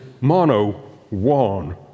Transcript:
mono-one